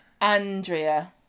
Andrea